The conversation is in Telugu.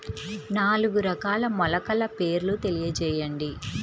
నాలుగు రకాల మొలకల పేర్లు తెలియజేయండి?